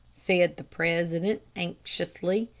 said the president, anxiously.